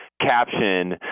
caption